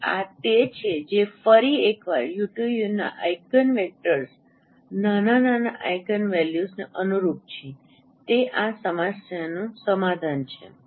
તેથી આ તે છે જે ફરી એકવાર 𝑈𝑇𝑈 ના ઇગિનવેક્ટર્સ નાના નાના ઇગિનવેલ્યુઝને અનુરૂપ છે તે આ સમસ્યાનું સમાધાન છે